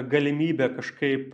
galimybė kažkaip